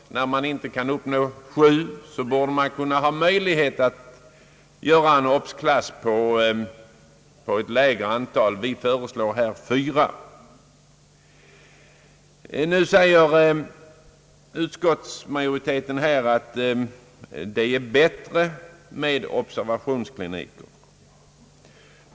När man inte kan uppnå antalet sju, borde man ha möjlighet att få starta en obs-klass med ett lägre antal. Vi föreslår fyra. Utskottsmajoriteten framhåller att det är bättre med en observationsklinik.